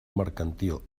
mercantil